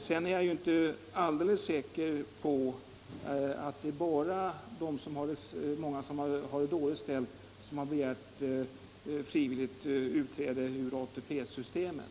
Sedan är jag inte alldeles säker på att det bara är sådana som har det dåligt ställt som begärt frivilligt utträde ur ATP-systemet.